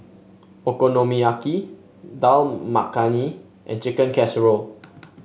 Okonomiyaki Dal Makhani and Chicken Casserole